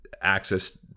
access